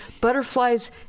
Butterflies